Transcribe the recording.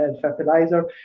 fertilizer